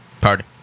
Party